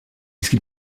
qu’il